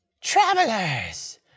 Travelers